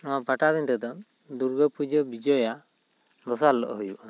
ᱱᱚᱣᱟ ᱯᱟᱴᱟᱵᱤᱸᱫᱟᱹ ᱫᱚ ᱫᱩᱨᱜᱟᱹ ᱯᱩᱡᱟᱹ ᱵᱤᱡᱚᱭᱟ ᱫᱚᱥᱟᱨ ᱦᱤᱞᱚᱜ ᱦᱩᱭᱩᱜᱼᱟ